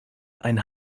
ein